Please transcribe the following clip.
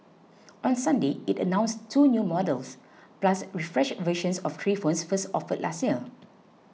on Sunday it announced two new models plus refreshed versions of three phones first offered last year